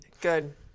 Good